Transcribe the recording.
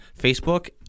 Facebook